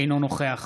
אינו נוכח